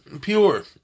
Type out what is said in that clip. pure